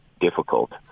difficult